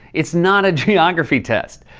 it's not a geography test.